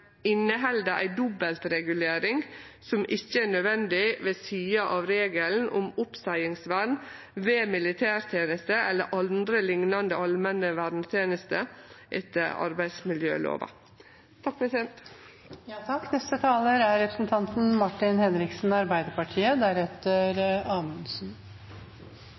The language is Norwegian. inneheld ei dobbeltregulering som ikkje er nødvendig ved sida av regelen om oppseiingsvern ved militærteneste eller andre liknande allmenne vernetenester etter